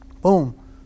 Boom